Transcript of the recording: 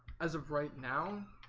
as of right now